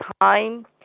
time